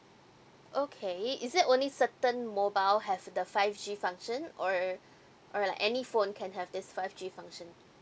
okay is it only certain mobile have the five G function or or like any phone can have this five G function